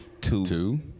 Two